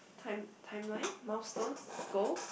time timeline milestones goals